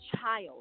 child